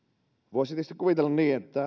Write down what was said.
voisi tietysti kuvitella niin että